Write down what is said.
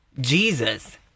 Jesus